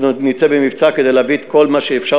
אנחנו נצא במבצע כדי להביא את כל מה שאפשר,